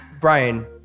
Brian